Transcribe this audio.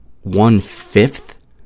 one-fifth